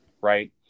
right